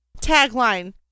tagline